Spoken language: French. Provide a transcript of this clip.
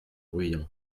bruyant